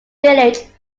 village